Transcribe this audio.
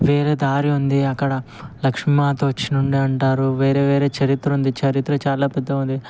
వేరే దారి ఉంది అక్కడ లక్ష్మీమాత వచ్చి ఉండే అంటారు వేరే వేరే చరిత్ర ఉంది చరిత్ర చాలా పెద్దగా ఉంది